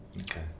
Okay